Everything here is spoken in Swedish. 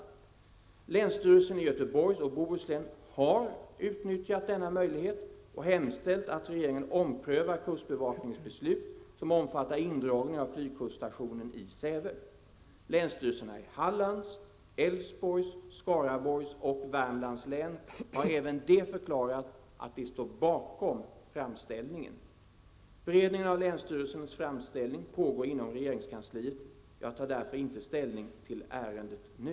Länsstyrelsen i Göteborgs och Bohus län har utnyttjat denna möjlighet och hemställt att regeringen omprövar kustbevakningens beslut, som omfattar indragning av flygkuststationen i Skaraborgs och Värmlands län har även de förklarat att de står bakom framställningen. Beredningen av länsstyrelsens framställning pågår inom regeringskansliet. Jag tar därför inte ställning till ärendet nu.